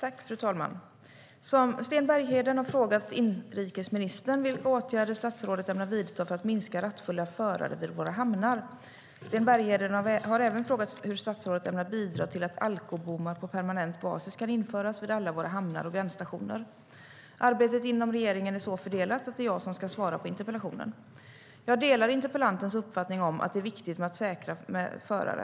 Fru talman! Sten Bergheden har frågat inrikesministern vilka åtgärder statsrådet ämnar vidta för att minska rattfulla förare vid våra hamnar. Sten Bergheden har även frågat hur statsrådet ämnar bidra till att alkobommar på permanent basis kan införas vid alla våra hamnar och gränsstationer. Arbetet inom regeringen är så fördelat att det är jag som ska svara på interpellationen. Jag delar interpellantens uppfattning om att det är viktigt med säkra förare.